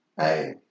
Hey